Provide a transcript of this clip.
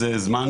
זה זמן,